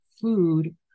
food